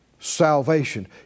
salvation